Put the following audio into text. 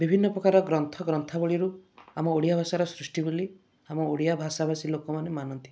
ବିଭିନ୍ନ ପ୍ରକାର ଗ୍ରନ୍ଥ ଗ୍ରନ୍ଥାବଳିରୁ ଆମ ଓଡ଼ିଆ ଭାଷାର ସୃଷ୍ଟି ବୋଲି ଆମ ଓଡ଼ିଆ ଭାଷା ଭାଷା ଭାଷି ଲୋକମାନେ ମାନନ୍ତି